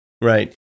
Right